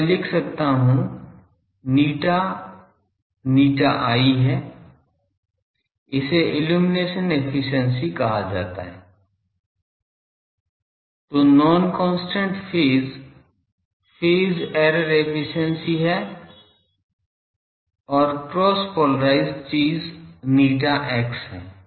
तो मैं लिख सकता हूँ η ηi है इसे इल्लुमिनेशन एफिशिएंसी कहा जाता है तो non constant phase phase error efficiency है और क्रॉस पोलरिज़्ड चीज ηx है